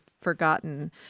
forgotten